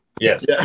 Yes